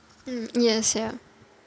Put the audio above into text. mm yes ya